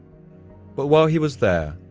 but while he was there,